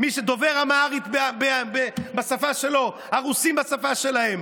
מי שדובר אמהרית, בשפה שלו, הרוסים, בשפה שלהם.